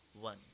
one